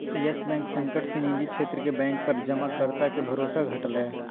yes Bank संकट से निजी क्षेत्र के बैंक पर जमाकर्ता के भरोसा घटलय